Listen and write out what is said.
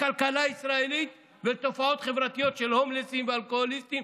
לכלכלה הישראלית ולתופעות חברתיות של הומלסים ואלכוהוליסטים